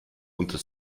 unter